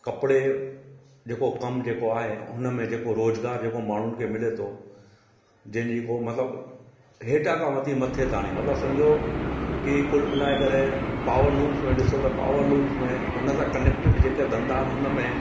कपिड़े जेको कमु जेको आहे हुन में जेको रोज़गारु जेको माण्हुनि खे मिले थो जंहिंजी को मतिलबु हेठां खां वठी मथे ताणी मतिलबु सम्झो की कुलु मिलाए करे पॉवर लूम्स में ॾिसो त पॉवर लूम्स में हुन सां कनैक्टीड जेका धंधा आहिनि हुन में